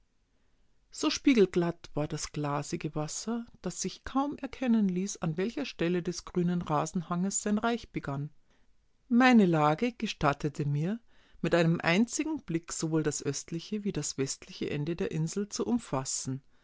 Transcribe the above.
so spiegelglatt war das glasige wasser daß sich kaum erkennen ließ an welcher stelle des grünen rasenhanges sein reich begann meine lage gestattete mir mit einem einzigen blick sowohl das östliche wie das westliche ende der insel zu umfassen